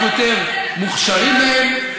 אנחנו יותר מוכשרים מהם,